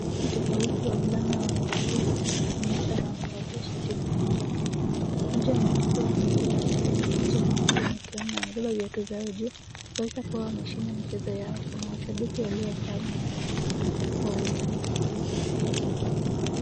Wachezaji tofauti wavulana wamevalia kinyasa na wamevalia shati zimeandikwa Kenya .Mmoja ameasndikiwa jina Ken mwingine Kenya kuna mashabiki waliokaa nyuma yao hawaonekani vizuri.